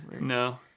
No